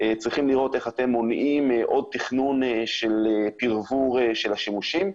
צריכים לראות איך אתם מונעים עוד תכנון של פרבור של השימושים,